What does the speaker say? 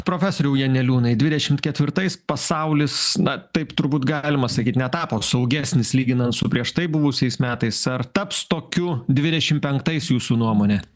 profesoriau janeliūnai dvidešimt ketvirtais pasaulis na taip turbūt galima sakyt netapo saugesnis lyginant su prieš tai buvusiais metais ar taps tokiu dvidešim penktais jūsų nuomone